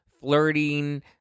flirting